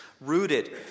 rooted